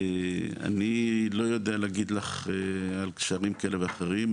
אני לא יודע להגיד לך על קשרים כאלה ואחרים.